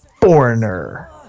foreigner